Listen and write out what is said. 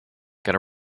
going